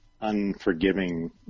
unforgiving